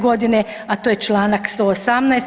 Godine a to je članak 118.